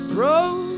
road